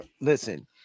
listen